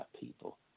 people